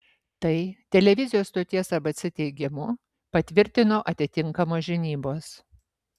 tai televizijos stoties abc teigimu patvirtino atitinkamos žinybos